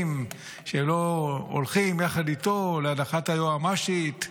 שהם לא הולכים יחד איתו להדחת היועמ"שית,